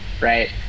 right